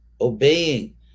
obeying